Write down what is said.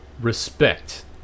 respect